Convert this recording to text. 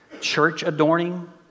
church-adorning